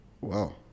Wow